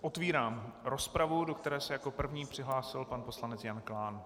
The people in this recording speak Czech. Otvírám rozpravu, do které se jako první přihlásil pan poslanec Jan Klán.